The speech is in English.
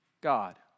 God